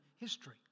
history